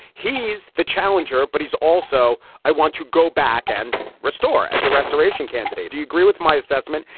he's the challenger, but he's also i want to go back and restore as the restoration candidate. do you agree with my assessment?